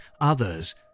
others